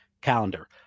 calendar